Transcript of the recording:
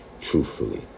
truthfully